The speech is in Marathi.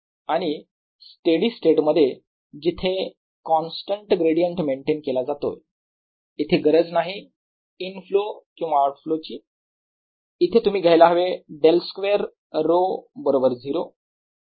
आणि स्टेडी स्टेट मध्ये जिथे कॉन्स्टंट ग्रॅडियंट मेंटेन केला जातोय इथे गरज नाही इनफ्लो किंवा आऊटफ्लो ची तिथे तुम्ही घ्यायला हवे ▽2 𝞀 बरोबर 0